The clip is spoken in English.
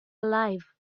alive